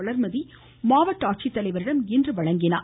வளர்மதி மாவட்ட ஆட்சித்தலைவரிடம் இன்று வழங்கினார்